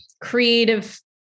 creative